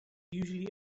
usually